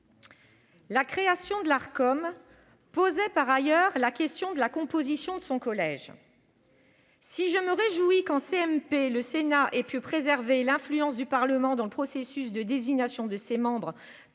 La création de l'Arcom posait par ailleurs la question de la composition de son collège. Je me réjouis que, en commission mixte paritaire, le Sénat ait pu préserver l'influence du Parlement dans le processus de désignation de ses membres,